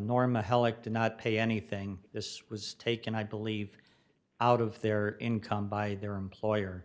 norma heloc did not pay anything this was taken i believe out of their income by their employer